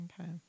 Okay